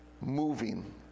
moving